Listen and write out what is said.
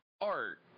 art